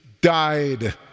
died